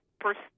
first